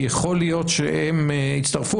כי יכול להיות שהם יצטרפו,